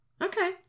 Okay